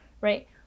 right